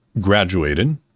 graduated